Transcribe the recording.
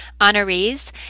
honorees